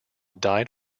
died